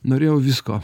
norėjau visko